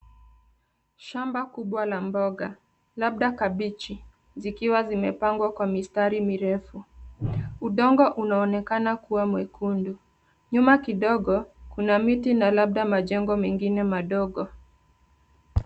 Shamba kubwa la mboga labda kabichi zikiwa zimepangwa kwa mistari mirefu. Udongo unaonekana kuwa mwekundu. Nyuma kidogo, kuna miti na labda majengo mengine madogo.